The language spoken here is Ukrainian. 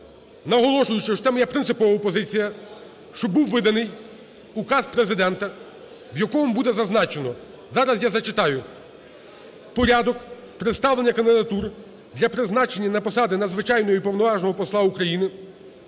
наголошую, що це моя принципова позиція – щоб був виданий указ Президента, в якому буде зазначено, зараз я зачитаю: "Порядок представлення кандидатур для призначення на посади надзвичайного і повноважного посла України,